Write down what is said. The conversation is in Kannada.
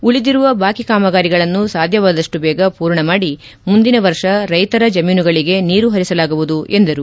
ಉಳಿದಿರುವ ಬಾಕಿ ಕಾಮಗಾರಿಗಳನ್ನು ಸಾಧ್ಯವಾದಷ್ನು ಬೇಗ ಪೂರ್ಣ ಮಾಡಿ ಮುಂದಿನ ವರ್ಷ ಕೈತರ ಜಮೀನುಗಳಿಗೆ ನೀರು ಪರಿಸಲಾಗುವುದು ಎಂದರು